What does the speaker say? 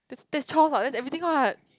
that's that's chores what that's everything what